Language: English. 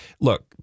look